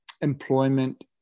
employment